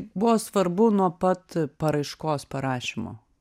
buvo svarbu nuo pat paraiškos parašymo